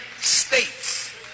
states